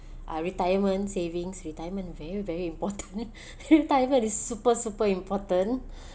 uh retirement savings retirement view very important retirement is super super important